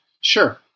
sure